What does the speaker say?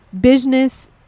business